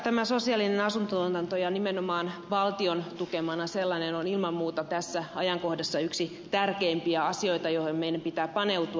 tämä sosiaalinen asuntotuotanto ja nimenomaan valtion tukema sellainen on ilman muuta tässä ajankohdassa yksi tärkeimpiä asioita joihin meidän pitää paneutua